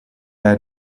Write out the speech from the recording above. had